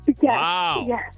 Wow